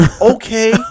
okay